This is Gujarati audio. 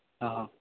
હ હ